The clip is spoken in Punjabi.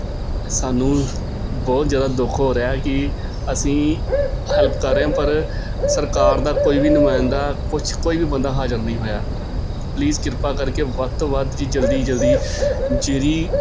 ਸਾਨੂੰ ਬਹੁਤ ਜ਼ਿਆਦਾ ਦੁੱਖ ਹੋ ਰਿਹਾ ਕਿ ਅਸੀਂ ਹੈਲਪ ਕਰ ਰਹੇ ਹਾਂ ਪਰ ਸਰਕਾਰ ਦਾ ਕੋਈ ਵੀ ਨੁਮਾਇੰਦਾ ਕੁਛ ਕੋਈ ਵੀ ਬੰਦਾ ਹਾਜਰ ਨਹੀਂ ਹੋਇਆ ਪਲੀਜ਼ ਕਿਰਪਾ ਕਰਕੇ ਵੱਧ ਤੋਂ ਵੱਧ ਜੀ ਜਲਦੀ ਜਲਦੀ ਜਿਹੜੀ